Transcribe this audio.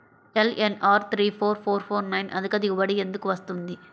LNR three four four four nine అధిక దిగుబడి ఎందుకు వస్తుంది?